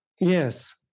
Yes